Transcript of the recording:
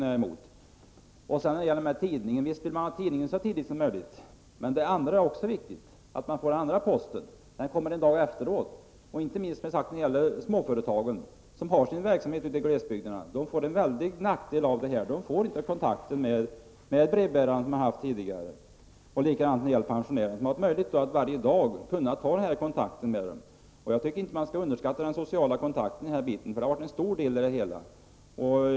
Visst vill man ha sin tidning så tidigt som möjligt. Men det är också viktigt att man får övrig post i tid och inte en dag efteråt. Detta är inte minst viktigt för de småföretag som bedriver sin verksamhet ute i glesbygden. För dem är det en oerhörd nackdel att inte kunna ha samma kontakt med lantbrevbäraren som de tidigare har haft. Det är likadant för de pensionärer som har haft möjlighet varje dag ta kontakt med lantbrevbäraren. Man skall inte underskatta den sociala biten, för den utgör en viktig del.